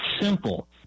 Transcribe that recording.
simple